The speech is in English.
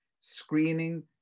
screening